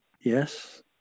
Yes